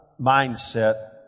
mindset